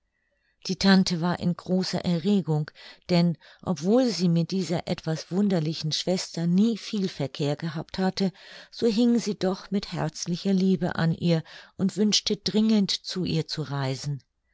die tante war in großer erregung denn obwohl sie mit dieser etwas wunderlichen schwester nie viel verkehr gehabt hatte so hing sie doch mit herzlicher liebe an ihr und wünschte dringend zu ihr zu reisen